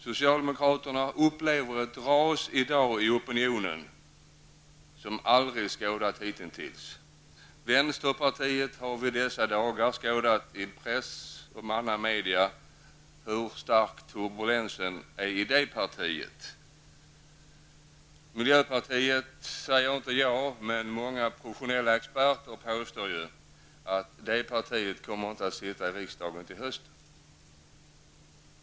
Socialdemokraterna upplever i dag ett sådant ras i opinionen som aldrig skådats hittills. När det gäller vänsterpartiet har det i dessa dagar i press och andra massmedia framgått hur stark turbulensen är i det partiet. I fråga om miljöpartiet påstår många professionella experter att det partiet inte kommer att sitta i riksdagen till hösten.